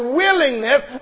willingness